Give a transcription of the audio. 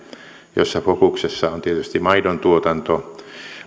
jossa fokuksessa on tietysti maidontuotanto